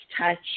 touch